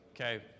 okay